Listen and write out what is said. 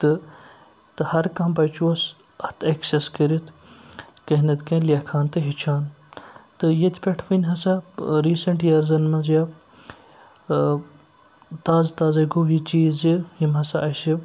تہٕ تہٕ ہر کانٛہہ بَچہِ اوٗس اَتھ ایٚکسیٚس کٔرِتھ کیٚنٛہہ نَتہٕ کیٚنٛہہ لیکھان تہٕ ہیٚچھان تہٕ ییٚتہِ پٮ۪ٹھ وۄنۍ ہَسا ریٖسیٚنٛٹ یِیٲرزَن منٛز یا ٲں تازٕ تازَے گوٚو یہِ چیٖز زِ یِم ہَسا اسہِ